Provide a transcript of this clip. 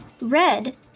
Red